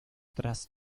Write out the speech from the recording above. tras